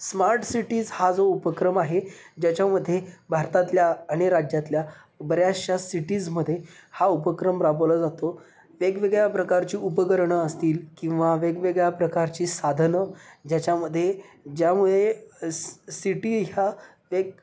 smart cities हा जो उपक्रम आहे ज्याच्यामध्ये भारतातल्या आणि राज्यातल्या बऱ्याचशा सिटीजमध्ये हा उपक्रम राबवला जातो वेगवेगळ्या प्रकारची उपकरणं असतील किंवा वेगवेगळ्या प्रकारची साधनं ज्याच्यामध्ये ज्यामुळे स सिटी ह्या एक